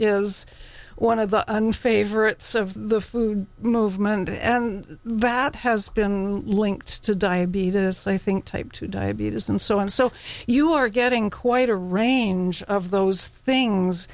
is one of the un favorites of the food movement that has been linked to diabetes so i think type two diabetes and so on so you are getting quite a range of those things